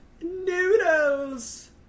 noodles